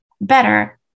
better